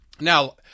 Now